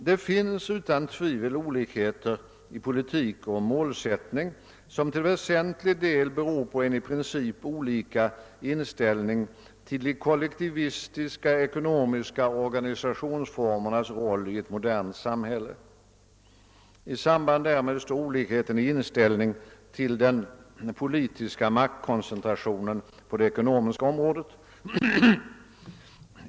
Det finns utan tvivel olikheter i politik och målsättning som till väsentlig del beror på en i princip olika inställning till de kollektivistiska ekonomiska organisationsformernas roll i ett modernt samhälle. I samband därmed står olikheten i inställning till den politiska maktkoncentrationen på det ekonomiska området.